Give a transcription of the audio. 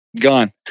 Gone